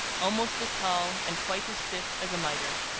almost as tall, and quite as stiff, as a mitre.